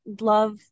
love